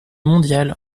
mondiale